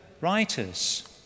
writers